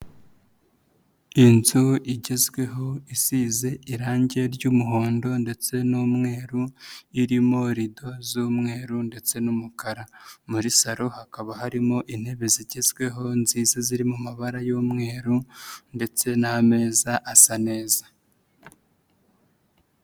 Inzu igezweho isize irange ry'umuhondo ndetse n'umweru, irimo rido z'umweru ndetse n'umukara. Muri salo hakaba harimo intebe zigezweho nziza ziri mu mabara y'umweru ndetse n'ameza asa neza.